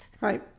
Right